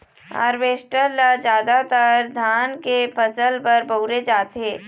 harvester ल जादातर धान के फसल बर बउरे जाथे